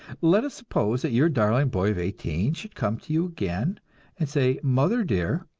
let us suppose that your darling boy of eighteen should come to you again and say, mother dear,